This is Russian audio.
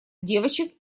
девочек